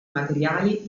materiali